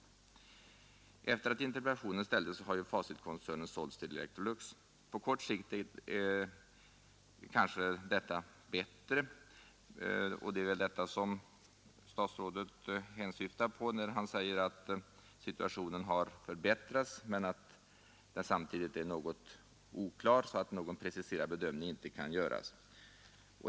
Efter det att interpellationen framställdes har ju Facitkoncernen sålts till Electrolux. På kort sikt är kanske detta bättre, och det är väl det som statsrådet hänsyftar på när han säger att situationen har förbättrats men att den samtidigt är något oklar, så att en preciserad bedömning inte kan göras.